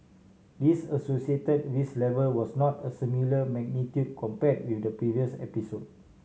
this associated risk level was not a similar magnitude compared with the previous episode